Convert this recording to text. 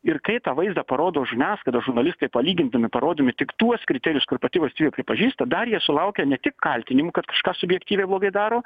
ir kai tą vaizdą parodo žiniasklaidos žurnalistai palygindami parodydami tik tuos kriterijus kur pati valstybė pripažįsta dar jie sulaukia ne tik kaltinimų kad kažką subjektyviai blogai daro